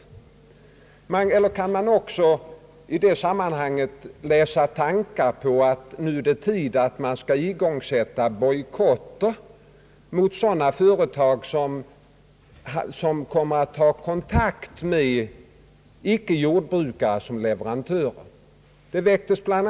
Man kan också i det sammanhanget läsa tankar på att det nu är tid att sätta i gång bojkotter mot företag vilka som leverantörer eller mottagare har kontakt med det nya företaget i Sörmland.